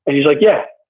and he's like yeah,